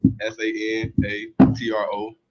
S-A-N-A-T-R-O